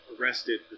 arrested